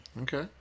Okay